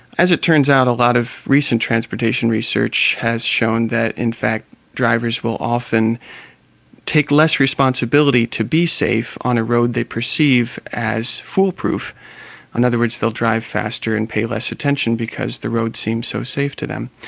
as it turns out, a lot of recent transportation research has shown that in fact drivers will often take less responsibility to be safe on a road they perceive as foolproof in other words, they'll drive faster, and pay less attention because the road seems so safe to them.